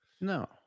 no